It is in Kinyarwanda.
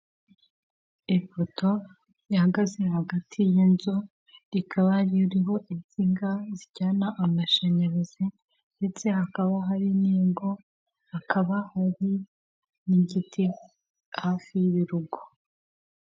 Icyapa cyamamaza inzoga ya AMSTEL, hariho icupa ry'AMSTEL ripfundikiye, hakaba hariho n'ikirahure cyasutswemo inzoga ya AMSTEL, munsi yaho hari imodoka ikindi kandi hejuru yaho cyangwa k'uruhande rwaho hari inzu. Ushobora kwibaza ngo AMSTEL ni iki? AMSTEL ni ubwoko bw'inzoga busembuye ikundwa n'abanyarwanada benshi, abantu benshi bakunda inzoga cyangwa banywa inzoga zisembuye, bakunda kwifatira AMSTEL.